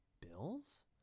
bills